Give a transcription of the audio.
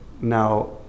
now